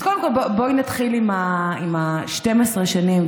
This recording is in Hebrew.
אז קודם כול בואי נתחיל עם 12 השנים,